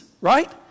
Right